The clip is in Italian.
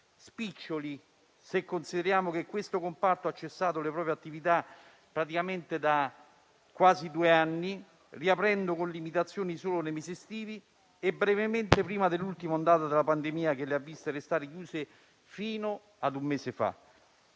spiccioli se consideriamo che questo comparto ha cessato la propria attività praticamente da quasi due anni, riaprendo con limitazioni solo nei mesi estivi e brevemente prima dell'ultima ondata di pandemia, che le ha viste restare chiuse fino ad un mese fa.